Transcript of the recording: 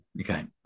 okay